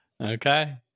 Okay